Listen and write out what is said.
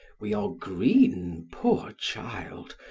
we are green, poor child,